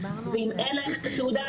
ואם אין להם את התעודה,